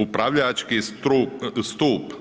Upravljački stup